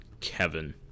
Kevin